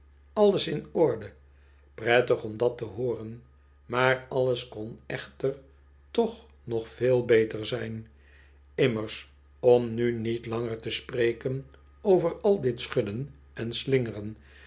alles in orde prettig om dat te hooren maar alles kon echter toch nog veel beter zijn immers om nu niet langer te spreken over al dit schudden en slingeren